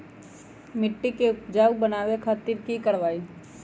मिट्टी के उपजाऊ बनावे खातिर की करवाई?